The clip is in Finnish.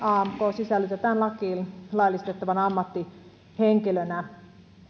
sisällytetään lakiin laillistettavana ammattihenkilönä